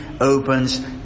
opens